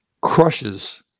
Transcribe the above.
crushes